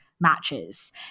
matches